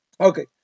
Okay